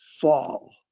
fall